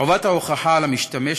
חובת ההוכחה על המשתמש,